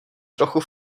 trochu